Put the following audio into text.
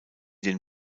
den